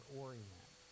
orient